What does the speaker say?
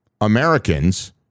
Americans